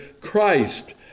Christ